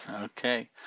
Okay